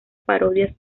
parodias